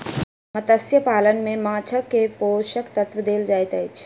मत्स्य पालन में माँछ के पोषक तत्व देल जाइत अछि